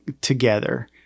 together